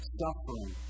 suffering